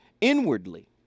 inwardly